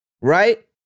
Right